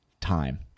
time